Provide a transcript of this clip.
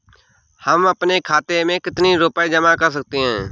हम अपने खाते में कितनी रूपए जमा कर सकते हैं?